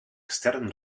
extern